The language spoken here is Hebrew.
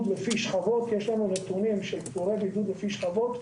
יש לנו נתונים של פטורי בידוד לפי שכבות.